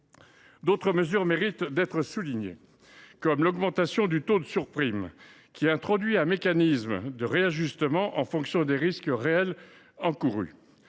D’autres dispositions méritent d’être saluées, comme l’augmentation du taux de surprime, qui introduit un mécanisme de réajustement en fonction des risques réels encourus.